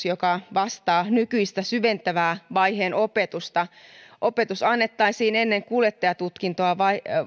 joka vastaa nykyistä syventävän vaiheen opetusta opetus annettaisiin ennen kuljettajatutkintoa